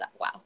wow